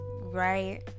right